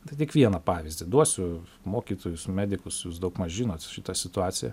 tai tik vieną pavyzdį duosiu mokytojus medikus jūs daugmaž žinot šitą situaciją